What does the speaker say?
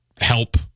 help